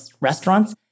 restaurants